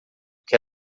que